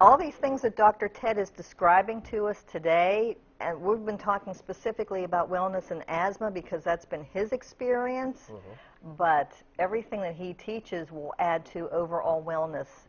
all these things that dr ted is describing to us today and we've been talking specifically about wellness and asthma because that's been his experience but everything that he teaches war add to overall wellness